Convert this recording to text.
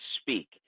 speak